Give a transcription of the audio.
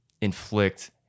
inflict